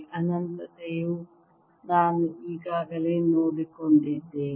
ಅನಂತತೆಯು ನಾನು ಈಗಾಗಲೇ ನೋಡಿಕೊಂಡಿದ್ದೇನೆ